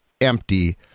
empty